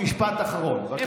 טופורובסקי, משפט אחרון, בבקשה.